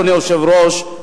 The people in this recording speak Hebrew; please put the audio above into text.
אדוני היושב-ראש,